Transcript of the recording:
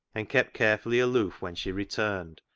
and kept carefully aloof when she returned,